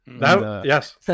Yes